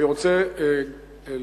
אני רוצה לחזק